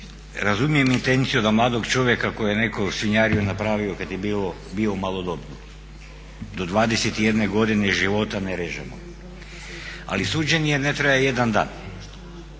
razumijem intenciju da mladog čovjeka koji je neku svinjariju napravio kad je bilo malodobnik do 21 godine života ne režemo, ali suđenje ne traje jedan dan,